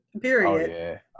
period